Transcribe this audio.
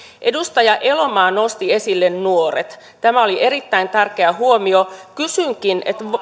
edustaja elomaa nosti esille nuoret tämä oli erittäin tärkeä huomio kysynkin